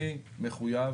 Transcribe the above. אני מחויב